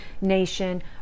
nation